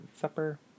supper